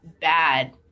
bad